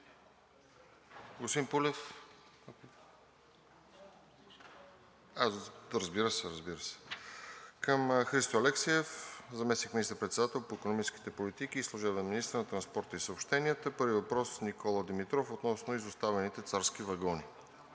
към Христо Алексиев – заместник министър-председател по икономическите политики и служебен министър на транспорта и съобщенията. Първият въпрос е от Никола Димитров относно изоставените царски вагони.